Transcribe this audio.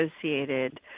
associated